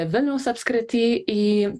vilniaus apskrity į